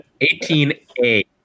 18A